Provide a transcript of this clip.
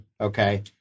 Okay